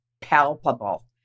palpable